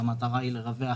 שהמטרה היא לרווח